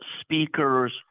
speakers